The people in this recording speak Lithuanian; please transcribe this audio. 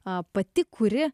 a pati kuri